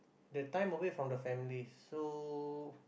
the time away from the families so